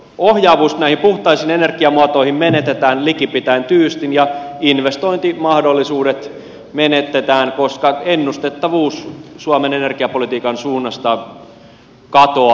ohjaavuus näihin puhtaisiin energiamuotoihin menetetään likipitäen tyystin ja investointimahdollisuudet menetetään koska ennustettavuus suomen energiapolitiikan suunnasta katoaa